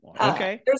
Okay